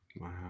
wow